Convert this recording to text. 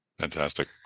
Fantastic